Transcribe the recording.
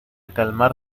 calmar